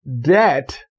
debt